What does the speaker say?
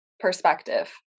Perspective